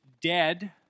dead